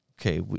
okay